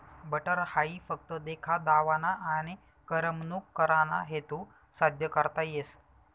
butter हाई फक्त देखा दावाना आनी करमणूक कराना हेतू साद्य करता येस